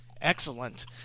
excellent